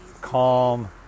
calm